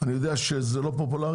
אני יודע שזה לא פופולרי,